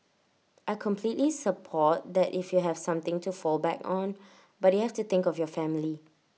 I completely support that if you have something to fall back on but you have to think of your family